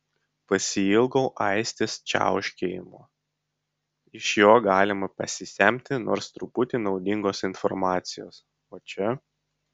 pasiilgau aistės čiauškėjimo iš jo galima pasisemti nors truputį naudingos informacijos o čia